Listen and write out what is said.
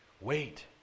Wait